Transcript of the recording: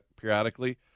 periodically